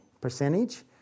percentage